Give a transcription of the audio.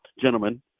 gentlemen